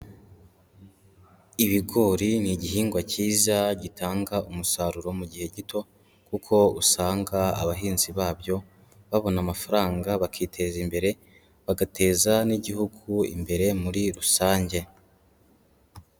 Ibigori ni igihingwa cyiza gitanga umusaruro mu gihe gito kuko usanga abahinzi babyo babona amafaranga bakiteza imbere, bagateza n'igihugu imbere muri rusange.